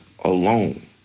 alone